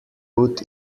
put